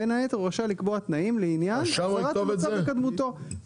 בין היתר הוא רשאי לקבוע תנאים לעניין החזרת המצב לקדמותו.